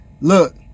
look